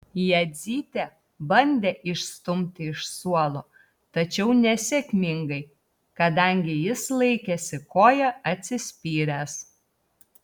jadzytė bandė išstumti iš suolo tačiau nesėkmingai kadangi jis laikėsi koja atsispyręs